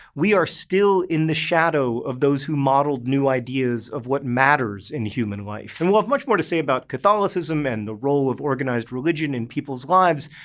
we are still in the shadow of those who modeled new ideas of what matters in human life and we'll have much more to say about catholicism and the role of organized religion in people's lives,